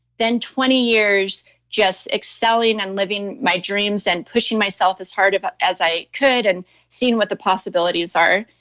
then twenty years just excelling and living my dreams and pushing myself as hard but as i could and seeing what the possibilities are.